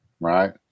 right